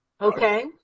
Okay